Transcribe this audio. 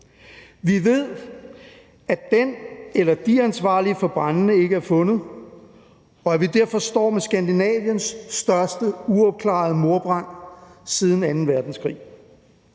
Vi ved, at den eller de ansvarlige for brandene ikke er fundet, og at vi derfor står med Skandinaviens største uopklarede mordbrand siden anden verdenskrig.